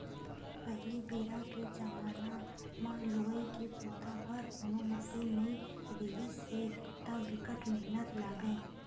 पहिली बेरा के जमाना म लुवई के बूता बर कोनो मसीन नइ रिहिस हे त बिकट मेहनत लागय